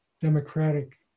democratic